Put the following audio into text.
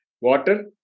Water